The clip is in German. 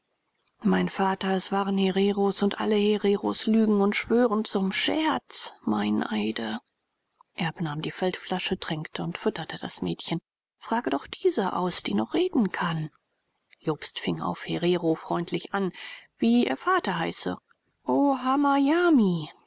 mein vater es waren hereros und alle hereros lügen und schwören zum scherz meineide erb nahm die feldflasche tränkte und fütterte das mädchen frage doch diese aus die noch reden kann jobst fing auf herero freundlich an wie ihr vater heiße